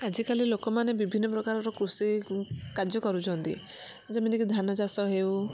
ଆଜିକାଲି ଲୋକମାନେ ବିଭିନ୍ନ ପ୍ରକାରର କୃଷି କାର୍ଯ୍ୟ କରୁଛନ୍ତି ଯେମିତିକି ଧାନ ଚାଷ ହେଉ